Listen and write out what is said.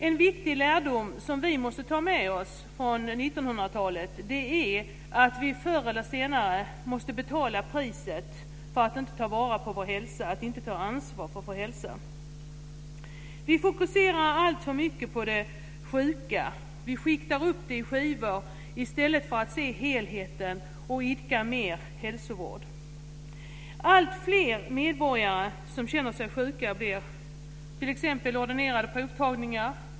En viktig lärdom som vi måste ta med oss från 1900-talet är att vi förr eller senare måste betala priset för att inte ta vara på och inte ta ansvar för vår hälsa. Vi fokuserar alltför mycket på det sjuka. Vi skiktar upp det i skivor i stället för att se helheten och idka mer hälsovård. Alltfler medborgare som känner sig sjuka blir t.ex. ordinerade provtagningar.